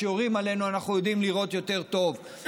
כשיורים עלינו אנחנו יודעים לירות יותר טוב,